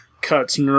cuts